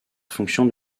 fonction